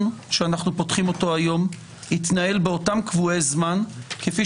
שאנחנו פותחים אותו היום יתנהל באותם קבועי זמן כפי